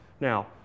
Now